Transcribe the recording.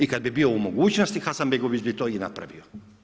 I kad bi bio u mogućnosti Hasanbegović bi to i napravio.